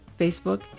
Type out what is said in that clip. Facebook